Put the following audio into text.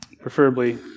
Preferably